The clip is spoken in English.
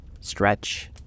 stretch